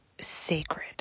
sacred